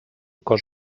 cos